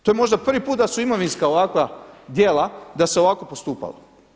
To je možda prvi put da su imovinska ovakva djela da se ovako postupalo.